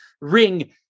ring